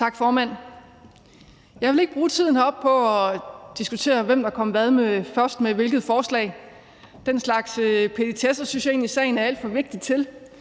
Tak, formand. Jeg vil ikke bruge tiden heroppe på at diskutere, hvem der kom først med hvilke forslag. Den slags petitesser synes jeg egentlig at sagen er alt for vigtig til.